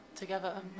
Together